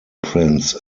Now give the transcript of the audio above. prince